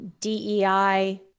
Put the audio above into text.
DEI